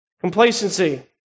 Complacency